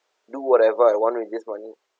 do whatever I want to with this money